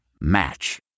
Match